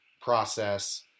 process